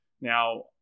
Now